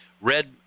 red